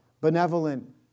benevolent